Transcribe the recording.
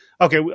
Okay